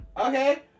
Okay